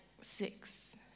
six